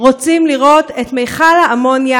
רוצים לראות את מכל האמוניה,